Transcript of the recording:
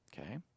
Okay